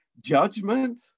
judgment